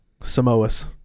Samoas